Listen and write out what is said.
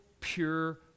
pure